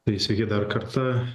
tai sveiki dar kartą